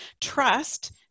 trust